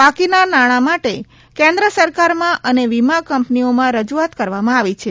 બાકીના નાણાં માટે કેન્ન સરકારમાં અને વીમા કંપનીઓમાં રજુઆત કરવામાં આવી છે